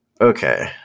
Okay